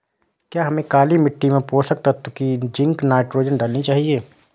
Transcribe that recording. क्या हमें काली मिट्टी में पोषक तत्व की जिंक नाइट्रोजन डालनी चाहिए?